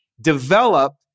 develop